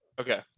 Okay